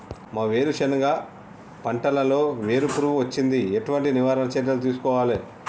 మా వేరుశెనగ పంటలలో వేరు పురుగు వచ్చింది? ఎటువంటి నివారణ చర్యలు తీసుకోవాలే?